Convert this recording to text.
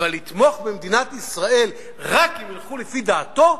אבל לתמוך במדינת ישראל רק אם ילכו לפי דעתם?